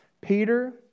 Peter